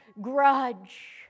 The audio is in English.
grudge